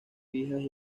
fijas